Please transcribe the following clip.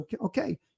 Okay